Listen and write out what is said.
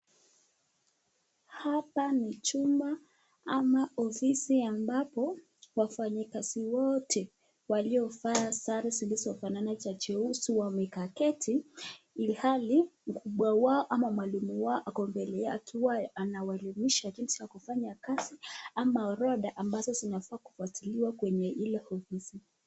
Hapa ni chumba ama ofisi ambapo wafanyikazi wote waliovaa sare zilizofanana cha jeusi wameketi ilhali mkubwa wao ama mwalimu wao ako mbele yao akiwa anawaelemisha jinsi ya kufanya kazi ama orodha ambazo zinafaa kufuatiliwa kwenye ile ofisi.